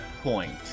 point